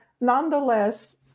nonetheless